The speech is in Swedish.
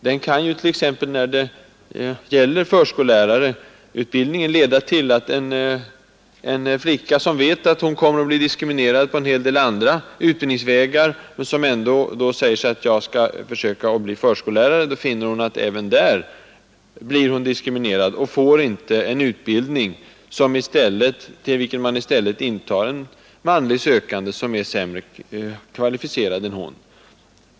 Den kan t.ex. när det gäller förskollärarutbildningen leda till att en flicka, som vet att hon kommer att bli diskriminerad på en hel del andra utbildningsvägar och som därför söker utbildning till förskollärare, finner att hon även då blir diskriminerad. I stället tar man en manlig sökande som är sämre kvalificerad än hon.